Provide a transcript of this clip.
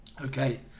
Okay